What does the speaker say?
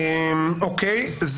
אוקיי,